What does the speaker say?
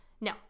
No